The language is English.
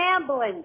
ambulance